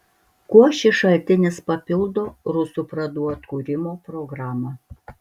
kuo šis šaltinis papildo rusų pradų atkūrimo programą